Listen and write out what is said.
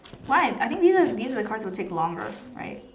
why I think this kind these are the cards that will take longer right